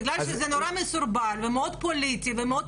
בגלל שזה נורא מסורבל ומאוד פוליטי ומאוד